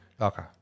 Okay